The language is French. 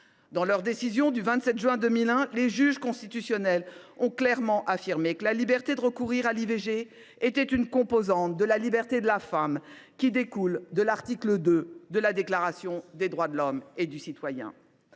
Dans leur décision du 27 juin 2001, les juges constitutionnels ont clairement affirmé que la liberté de recourir à l’IVG était une composante de la liberté de la femme découlant de l’article 2 de la Déclaration des droits de l’homme et du citoyen.